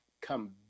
come